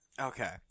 okay